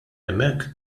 hemmhekk